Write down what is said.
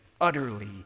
utterly